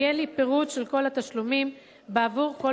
יהיה לי פירוט של כל התשלומים בעבור כל